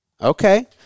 Okay